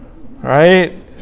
Right